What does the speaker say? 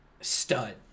stud